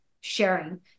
sharing